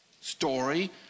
story